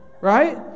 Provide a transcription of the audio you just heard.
Right